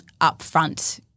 upfront